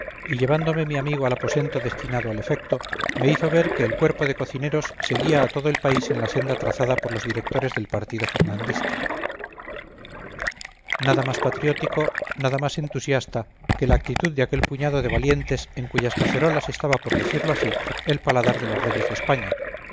y llevándome mi amigo al aposento destinado al efecto me hizo ver que el cuerpo de cocineros seguía a todo el país en la senda trazada por los directores del partido fernandista nada más patriótico nada más entusiasta que la actitud de aquel puñado de valientes en cuyas cacerolas estaba por decirlo así el paladar de los reyes de españa